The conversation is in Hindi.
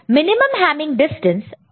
मिनिमम हैमिंग डिस्टेंस 2 है